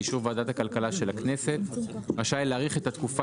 באישור ועדת הכלכלה של הכנסת רשאי להאריך את התקופה